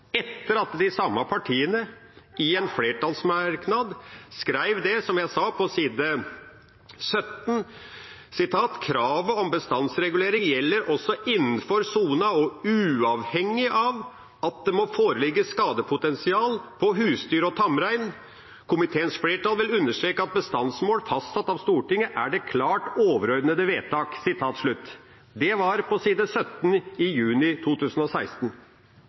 etter at de samme partiene i en flertallsmerknad skrev, som jeg sa, på side 17: «Kravet om bestandsregulering gjelder også innenfor sona og uavhengig av at det må foreligge skadepotensial på husdyr og tamrein. Komiteens flertall vil understreke at bestandsmål fastsatt av Stortinget er det klart overordnede vedtak.» Det var på side 17 i innstillinga – juni 2016.